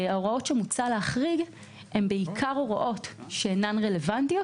ההוראות שמוצע להחריג הן בעיקר הוראות שאינן רלוונטיות,